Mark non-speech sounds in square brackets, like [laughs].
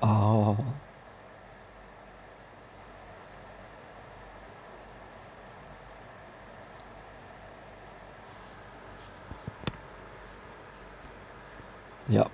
[noise] a'ah [laughs] yup